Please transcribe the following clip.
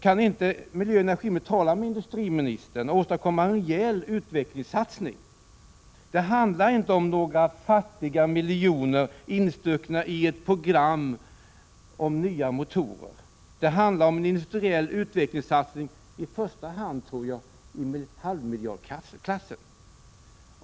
Kan inte miljöoch energiministern tala med industriministern och åstadkomma en rejäl utvecklingssatsning? Det handlar inte om några fattiga miljoner instuckna i ett program om nya motorer. Det handlar om en industriell utvecklingssatsning i halvmiljardklassen.